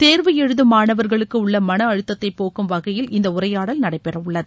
தேர்வு எழுதும் மாணவர்களுக்கு உள்ள மன அழுத்தத்தை போக்கும் வகையில் இந்த உரையாடல் நடைபெறவுள்ளது